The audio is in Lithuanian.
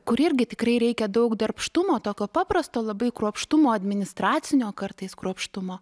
kur irgi tikrai reikia daug darbštumo tokio paprasto labai kruopštumo administracinio kartais kruopštumo